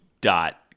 dot